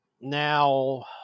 now